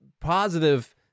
positive